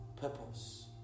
purpose